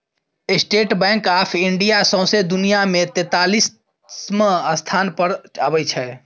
state Bank of India सौंसे दुनियाँ मे तेतालीसम स्थान पर अबै छै